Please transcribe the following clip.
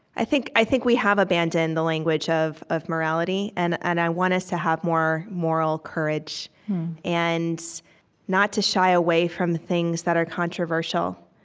i think i think we have abandoned the language of morality, morality, and and i want us to have more moral courage and not to shy away from the things that are controversial,